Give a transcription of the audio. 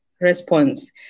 response